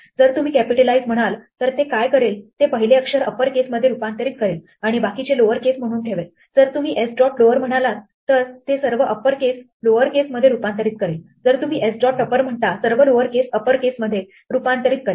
जर तुम्ही कॅपिटलाइज म्हणाल तर ते काय करेल ते पहिले अक्षर अप्पर केसमध्ये रूपांतरित करेल आणि बाकीचे लोअर केस म्हणून ठेवेल जर तुम्ही s डॉट लोअर म्हणलात तर ते सर्व अप्पर केस लोअर केसमध्ये रूपांतरित करेल जर तुम्ही s डॉट अप्पर म्हणता सर्व लोअर केस अप्पर केसमध्ये रूपांतरित करेल